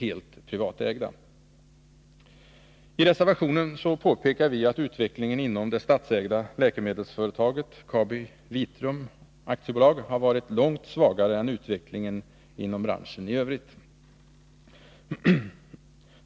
helt privatägda företag. I reservationen påpekar vi att utvecklingen inom det statsägda läkemedelsföretaget KabiVitrum AB har varit långt svagare än utvecklingen inom branschen i övrigt.